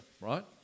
right